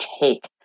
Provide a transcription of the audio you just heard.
take